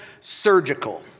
surgical